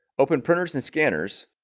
open printers and scanners